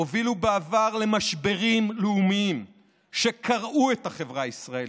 הובילו בעבר למשברים לאומיים שקרעו את החברה הישראלית,